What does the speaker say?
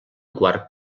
quart